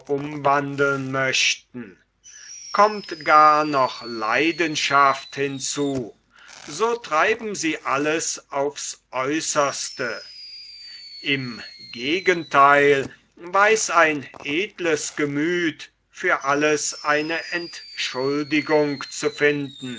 umwandeln möchten kommt gar noch leidenschaft hinzu so treiben sie alles aufs aeußerste im gegentheil weiß ein edles gemüth für alles eine entschuldigung zu finden